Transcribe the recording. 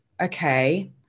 okay